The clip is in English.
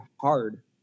hard